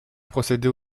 procéder